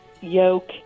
Yoke